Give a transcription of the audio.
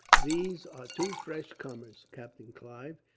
these are two fresh comers, captain clive.